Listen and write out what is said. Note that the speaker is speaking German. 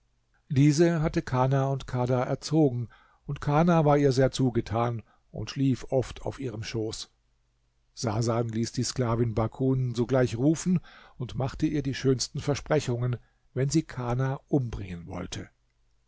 diese hatte kana und kadha erzogen und kana war ihr sehr zugetan und schlief oft auf ihrem schoß sasan ließ die sklavin bakun sogleich rufen und machte ihr die schönsten versprechungen wenn sie kana umbringen wollte